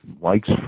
likes